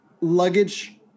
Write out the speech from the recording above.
luggage